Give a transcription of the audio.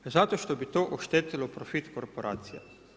Zato što bi to oštetilo profit korporacija.